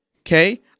okay